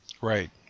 Right